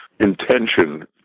Intention